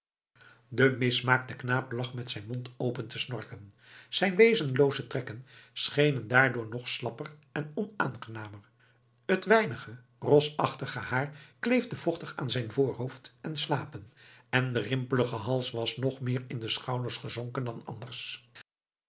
de mismaakte knaap lag met zijn mond open te snorken zijn wezenlooze trekken schenen daardoor nog slapper en onaangenamer t weinige rosachtige haar kleefde vochtig aan zijn voorhoofd en slapen en de rimpelige hals was nog meer in de schouders gezonken dan anders